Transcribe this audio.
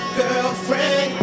girlfriend